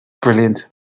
brilliant